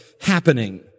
happening